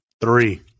Three